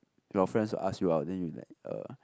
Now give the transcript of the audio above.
your friends will ask you out then you like uh